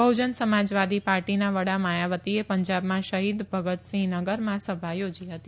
બહુજન સમાજવાદી પાર્ટીના વડા માયાવતીએ પંંજાબમાં શહીદ ભગતસિંહનગરમાં સભા યોજી હતી